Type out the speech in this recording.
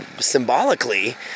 symbolically